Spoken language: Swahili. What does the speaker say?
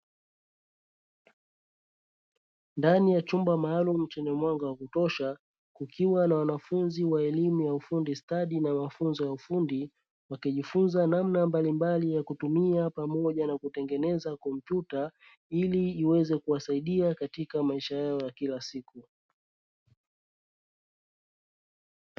Ndani ya chumba maalum chenye mwanga wa kutosha, kukiwa na wanafunzi wa elimu ya ufundi stadi na ufundi, wakijifunza namna mbalimbali ya kutumia pamoja na kutengeneza kompyuta, ili iweze kuwasaidia katika maisha yao ya kila siku.